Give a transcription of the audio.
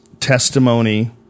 testimony